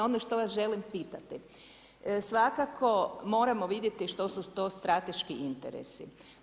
Ono što vas želim pitati, svakako moramo vidjeti što su to strateški interesi.